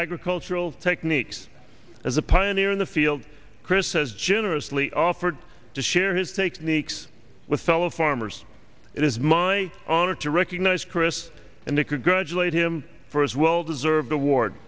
agricultural techniques as a pioneer in the field chris has generously offered to share his take sneaks with fellow farmers it is my honor to recognise chris and they could graduate him for his well deserved award